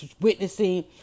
witnessing